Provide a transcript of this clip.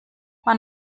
man